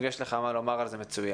אם יש לך מה לומר על זה, זה מצוין.